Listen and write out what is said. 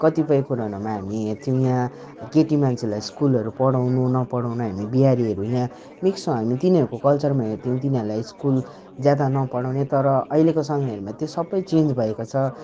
कतिपय कुरोहरूमा हामी यहाँ थियौँ यहाँ केटी मान्छेलाई स्कुलहरू पढाउनु नपढाउनु हामी बिहारीहरू यहाँ मिक्स छौँ हामी तिनीहरूको कल्चरमा हेर्थ्यौँ तिनीहरूलाई स्कुल ज्यादा नपढाउने तर अहिलेको समयहरूमा त्यो सबै चेन्ज भएको छ